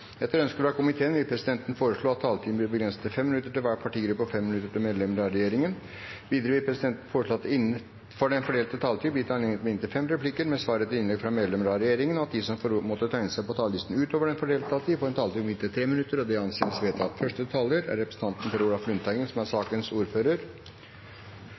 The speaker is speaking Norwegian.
vil presidenten foreslå at taletiden blir begrenset til 5 minutter til hver partigruppe og 5 minutter til medlemmer av regjeringen. Videre vil presidenten foreslå at det – innenfor den fordelte taletid – blir gitt anledning til inntil fem replikker med svar etter innlegg fra medlemmer av regjeringen, og at de som måtte tegne seg på talerlisten utover den fordelte taletid, får en taletid på inntil 3 minutter. – Det anses vedtatt. Det er en viktig sak vi skal behandle nå. Det er mange som er